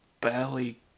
barely